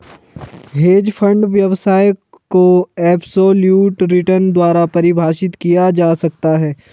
hedge fund व्यवसाय को absolute return द्वारा परिभाषित किया जा सकता है